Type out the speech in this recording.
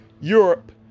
Europe